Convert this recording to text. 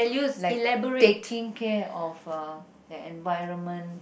like taking care of uh the environment